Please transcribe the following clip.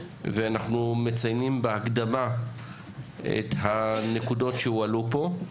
ואנחנו מציינים בהקדמה את הנקודות שהועלו פה,